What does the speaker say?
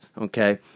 okay